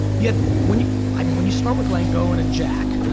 yeah when you i mean when you start with langone and jack,